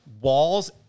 Walls